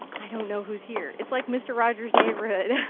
i don't know who's here. it's like mr. rodgers neighborhood.